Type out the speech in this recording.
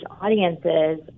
audiences